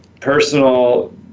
personal